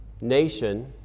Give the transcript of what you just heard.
nation